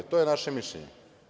To je naše mišljenje.